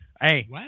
Hey